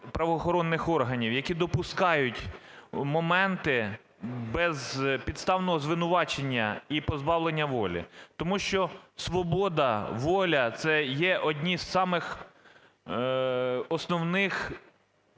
правоохоронних органів, які допускають моменти безпідставного звинувачення і позбавлення волі. Тому що свобода, воля – це є одні з самих основних